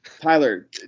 Tyler